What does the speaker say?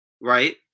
right